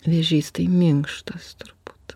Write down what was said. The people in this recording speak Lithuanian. vėžys tai minkštas turbūt